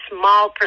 small